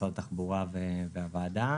משרד התחבורה והוועדה,